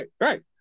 right